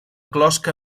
closca